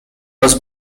was